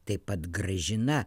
taip pat gražina